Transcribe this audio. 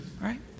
right